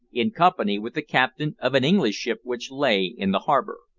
in company with the captain of an english ship which lay in the harbour.